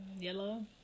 Yellow